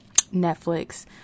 Netflix